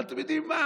אבל אתם יודעים מה?